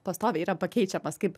pastoviai yra pakeičiamas kaip